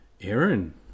Aaron